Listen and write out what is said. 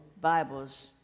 Bibles